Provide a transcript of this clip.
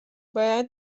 باید